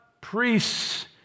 priests